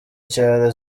cyaro